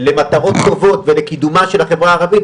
למטרות טובות ולקידומה של החברה הערבית,